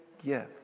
gift